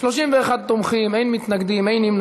הסעה בטיחותית לילדים ולפעוטות עם מוגבלות